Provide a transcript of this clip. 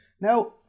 now